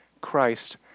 Christ